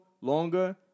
longer